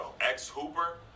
ex-hooper